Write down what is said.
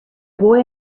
boy